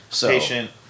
Patient